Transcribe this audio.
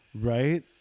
right